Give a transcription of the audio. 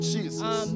Jesus